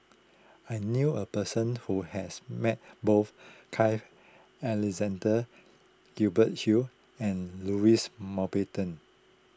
I knew a person who has met both Carl Alexander Gibson Hill and Louis Mountbatten